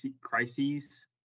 crises